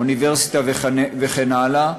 אוניברסיטה וכן הלאה,